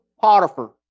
Potiphar